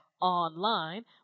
online